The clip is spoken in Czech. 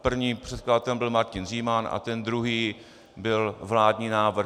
Prvním předkladatelem byl Martin Říman a ten druhý byl vládní návrh.